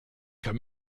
kann